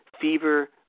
fever